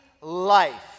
life